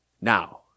Now